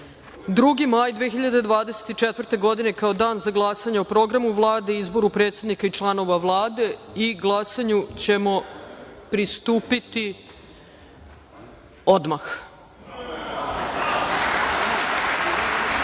2. maj 2024. godine kao Dan za glasanje o Programu Vlade i izboru predsednika i članova Vlade. Glasanju ćemo pristupiti odmah. Budući